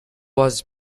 was